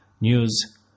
news